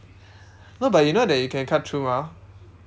no but you know that you can cut through mah